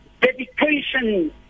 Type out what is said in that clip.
dedication